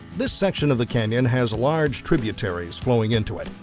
this section of the canyon has large tributaries flowing into it.